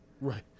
Right